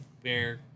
bear